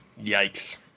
Yikes